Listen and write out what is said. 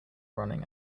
running